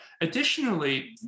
Additionally